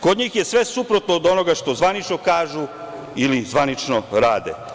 Kod njih je sve suprotno od onoga što zvanično kažu ili zvanično rade.